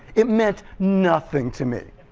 it meant nothing to me.